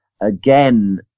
again